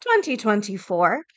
2024